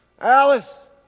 Alice